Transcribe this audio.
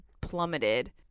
plummeted